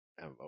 mo